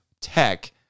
tech